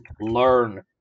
learn